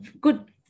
Good